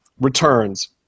returns